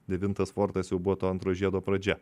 devintas fortas jau buvo to antro žiedo pradžia